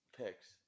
picks